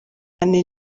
cyane